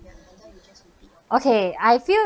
okay I feel